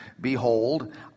Behold